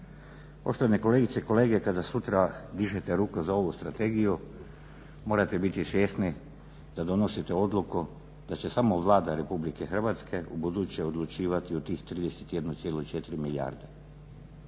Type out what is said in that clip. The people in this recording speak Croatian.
Poštovane kolegice i kolege kada sutra dižete ruku za ovu strategiju morate biti svjesni da donosite odluku da će samo Vlada Republike Hrvatske ubuduće odlučivati o tih 31,4 milijarde.